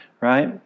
right